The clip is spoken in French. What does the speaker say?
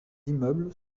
immeubles